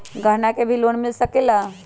गहना से भी लोने मिल सकेला?